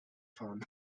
fahren